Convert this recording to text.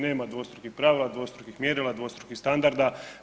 Nema dvostrukih pravila, dvostrukih mjerila, dvostrukih standarda.